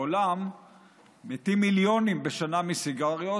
בעולם מתים מיליונים בשנה מסיגריות.